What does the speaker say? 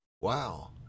wow